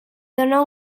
dóna